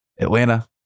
Atlanta